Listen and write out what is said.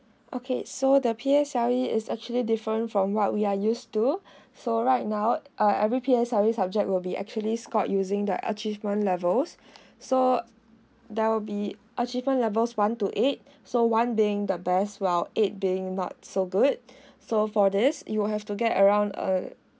okay so the P_S_L_E is actually different from what we are used to so right now uh every P_S_L_E subject will be actually scored using the achievement levels so there will be achievement levels one to eight so one being the best while eight being not so good so for this you will have to get around uh